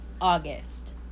August